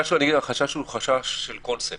החשש הוא חשש של קונספט.